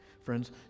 friends